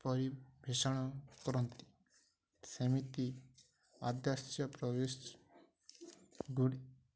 ପରିଭେଷଣ କରନ୍ତି ସେମିତି ଆଦାସ୍ୟ ପ୍ରବେଶ ଗୁଡ଼ି